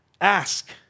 Ask